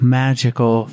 magical